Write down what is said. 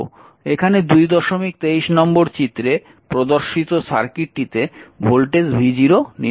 এখানে 223 নম্বর চিত্রে প্রদর্শিত সার্কিটটিতে ভোল্টেজ v0 নির্ণয় করতে হবে